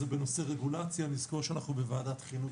בנושא רגולציה נזכור שאנחנו בוועדת חינוך.